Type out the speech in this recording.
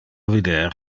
vider